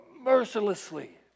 mercilessly